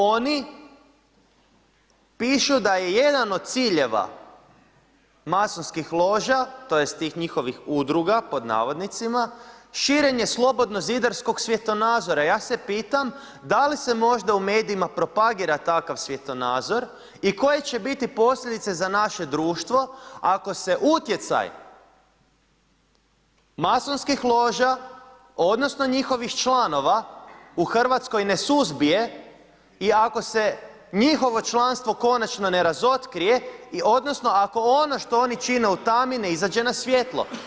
Oni pišu da je jedan od ciljeva masonskih loža tj. tih njihovih udruga pod navodnicima širenje slobodnog zidarskog svjetonazora, ja se pitam da li se možda u medijima propagira takav svjetonazor i koje će biti posljedice za naše društvo ako se utjecaj masonskih loža odnosno njihovih članova u Hrvatskoj ne suzbije i ako se njihovo članstvo konačno ne razotkrije i odnosno ako ono što oni čine u tami ne izađe na svjetlo.